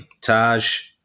Taj